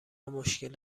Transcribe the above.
مشکل